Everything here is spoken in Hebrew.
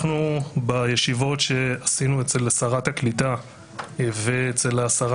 בישיבות שעשינו אצל שרת הקליטה ואצל השרה